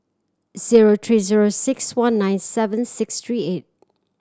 zero three zero six one nine seven six three eight